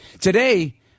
Today